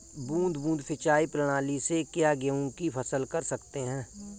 बूंद बूंद सिंचाई प्रणाली से क्या गेहूँ की फसल कर सकते हैं?